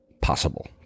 possible